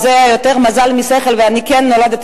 זה היה יותר מזל משכל ואני כן נולדתי